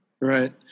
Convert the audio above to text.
right